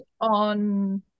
on